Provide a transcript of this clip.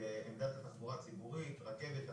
בעמדת התחבורה הציבורית, הרכבת.